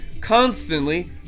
constantly